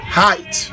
height